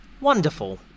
Wonderful